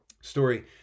Story